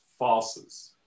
falses